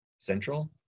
Central